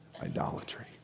idolatry